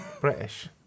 British